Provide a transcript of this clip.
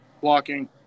blocking